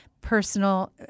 personal